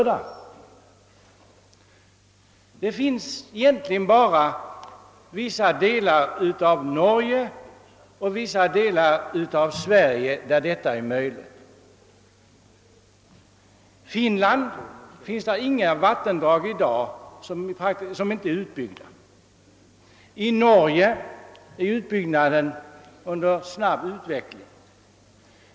Det är egentligen bara i vissa delar av Norge och Sverige som detta är möjligt. I Finland finns i dag inga outbyggda vattendrag, och i Norge är utbyggnaden under snabb utveckling.